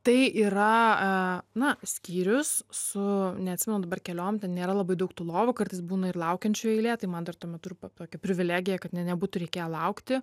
tai yra a na skyrius su neatsimenu dabar keliom ten nėra labai daug tų lovų kartais būna ir laukiančių eilė tai man dar tuo metu ir tokia privilegija kad nebūtų reikėję laukti